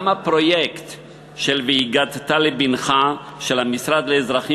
גם הפרויקט "והגדת לבנך" של המשרד לאזרחים